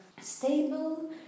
stable